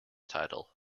title